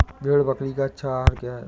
भेड़ बकरी का अच्छा आहार क्या है?